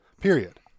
Period